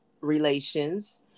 relations